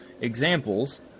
Examples